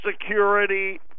Security